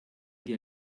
dir